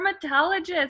dermatologist